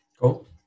Cool